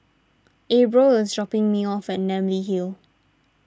Abril is dropping me off at Namly Hill